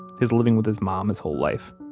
his living with his mom his whole life,